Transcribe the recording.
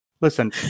Listen